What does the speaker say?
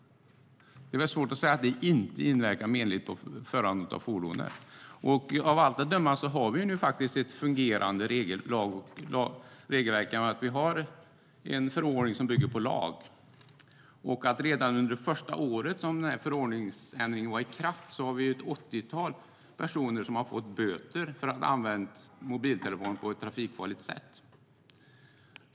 Det vore väl svårt att säga att det inte inverkar menligt på förandet av fordonet. Av allt att döma har vi nu ett fungerande lag och regelverk, genom att vi har en förordning som bygger på lag. Redan under det första året efter att förordningsändringen trätt i kraft var det ett åttiotal personer som fick böter för att ha använt mobiltelefonen på ett trafikfarligt sätt.